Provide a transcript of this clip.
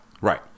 Right